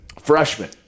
freshman